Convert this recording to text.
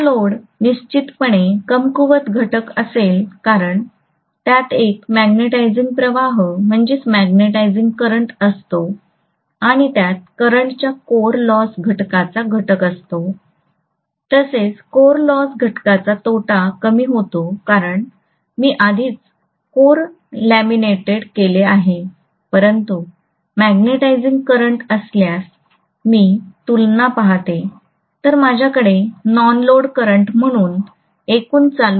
no load निश्चितपणे कमकुवत घटक असेल कारण त्यात एक मॅग्नेटिझाइंग प्रवाह असतो आणि त्यात करंटच्या कोर लॉस घटकाचा घटक असतो तसेच कोर लॉस घटकाचा तोटा कमी होतो कारण मी आधीच कोर लॅमिनेटेड केले आहे परंतु मॅग्नेटिझिंग करंट असल्यास मी तुलना पाहतो तर माझ्याकडे नॉन लोड करंट म्हणून एकूण चालू म्हणून 0